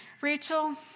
Rachel